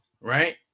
Right